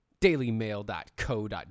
Dailymail.co.uk